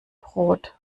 brot